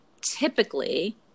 typically